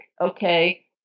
Okay